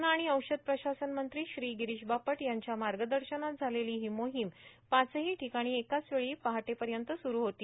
अन्न आर्गण औषध प्रशासन मंत्री श्री र्गारश बापट यांच्या मागदशनात झालेला हा मोहांम पाचहो ठिकाणी एकाच वेळी पहाटेपयत सुरु होती